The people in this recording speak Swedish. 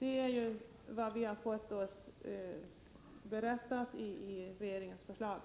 är ju vad vi har fått oss berättat i regeringens förslag.